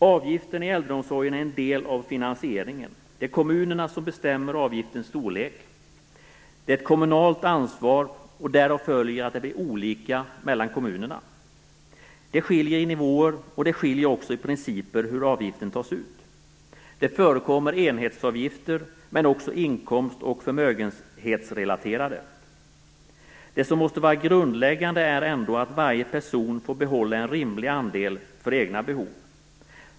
Avgiften i äldreomsorgen är en del av finansieringen. Det är kommunerna som bestämmer avgiftens storlek. Det är ett kommunalt ansvar, och därav följer att det blir skillnader mellan kommunerna. Det skiljer i nivåer, och det skiljer också i principerna för hur avgiften tas ut. Det förekommer enhetsavgifter men också inkomst och förmögenhetsrelaterade avgifter. Det som måste vara grundläggande är ändå att varje person får behålla en rimlig andel för egna behov.